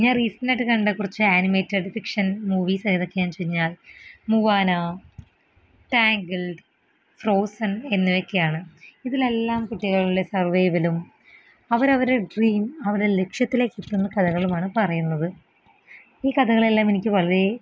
ഞാൻ റീസെനായിട്ട് കണ്ട കുറച്ചാനിമേറ്റഡ് ഫിക്ഷൻ മൂവീസ് എതെക്കെയാന്ന്ച്ച് കഴിഞ്ഞാൽ മുവാന ടാങ്കിൾട് ഫ്രോസൻ എന്നിവയക്കെയാണ് ഇതിലെല്ലാം കുട്ടികളിലെ സർവൈവലും അവരവരുടെ ഡ്രീം അവരെ ലക്ഷ്യത്തിലേക്കെത്തുന്ന കഥകളുമാണ് പറയുന്നത് ഈ കഥകളെല്ലാമെനിക്ക് വളരെ